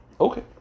okay